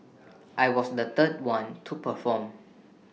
I was the third one to perform